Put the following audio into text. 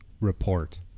report